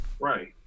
Right